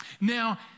Now